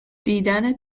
دیدن